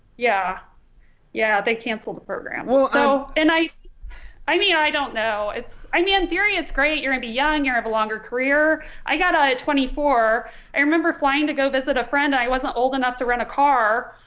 yeah yeah they canceled the program oh so and i i mean i don't know it's i mean theory it's great you're gonna be younger have a longer career. i got out at twenty four i remember flying to go visit a friend i wasn't old enough to rent a car